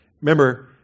Remember